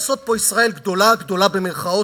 לעשות פה ישראל "גדולה" גדולה במירכאות,